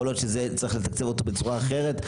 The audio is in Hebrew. יכול להיות שצריך לתקצב אותו בצורה אחרת,